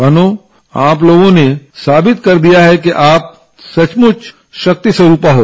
बहनों आप लोगों ने साबित किया है कि आप सचमच शक्ति स्वरूपा हो